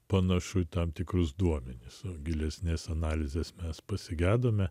panašu į tam tikrus duomenis o gilesnes analizes mes pasigedome